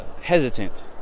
hesitant